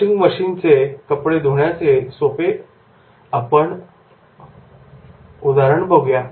washing मशीनचे कपडे धुण्याचे यंत्र सोपे उदाहरण बघूया